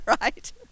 right